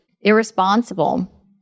irresponsible